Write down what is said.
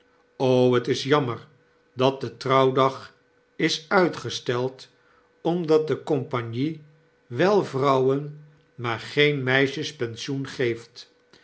t is jammer dat de trouwdag is uitgesteld omdat de compagnie wel vrouwen maar geen meisjes pensioen geeft